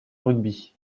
rugby